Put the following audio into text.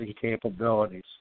capabilities